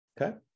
Okay